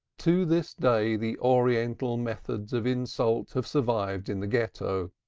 to this day the oriental methods of insult have survived in the ghetto.